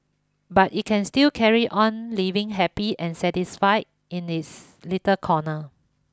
but it can still carry on living happy and satisfied in its little corner